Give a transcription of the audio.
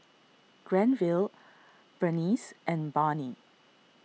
Granville Berneice and Barney